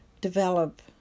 develop